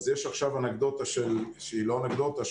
אז יש עכשיו אנקדוטה שהיא לא אנקדוטה,